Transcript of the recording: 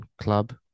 club